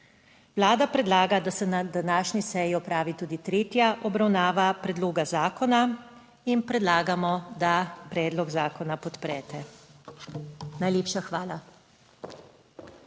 Vlada predlaga, da se na današnji seji opravi tudi tretja obravnava predloga zakona in predlagamo, da predlog zakona podprete. Najlepša hvala.